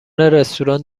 رستوران